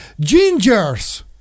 gingers